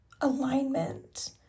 alignment